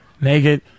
naked